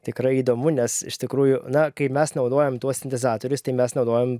tikrai įdomu nes iš tikrųjų na kai mes naudojam tuos sintezatorius tai mes naudojam